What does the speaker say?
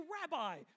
Rabbi